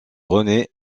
rené